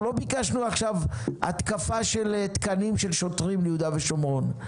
אנחנו לא ביקשנו עכשיו התקפה של תקנים של שוטרים ליהודה ושומרון,